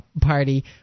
Party